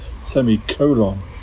semicolon